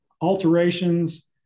alterations